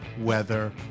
weather